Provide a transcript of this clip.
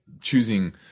choosing